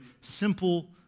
simple